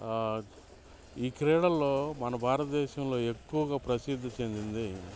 ఈ క్రీడల్లో మన భారతదేశంలో ఎక్కువగా ప్రసిద్ధి చెందింది